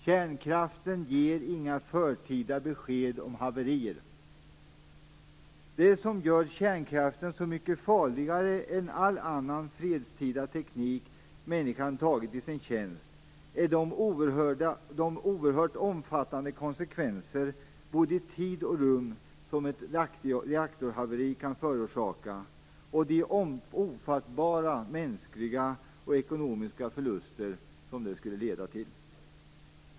Kärnkraften ger inga förtida besked om haverier. Det som gör kärnkraften så mycket farligare än all annan fredstida teknik människan tagit i sin tjänst är de oerhört omfattande konsekvenser både i tid och rum som ett reaktorhaveri kan förorsaka och de ofattbara mänskliga och ekonomiska förluster som det skulle leda till.